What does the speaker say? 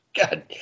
god